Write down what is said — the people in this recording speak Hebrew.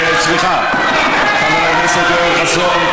סליחה, חבר הכנסת יואל חסון.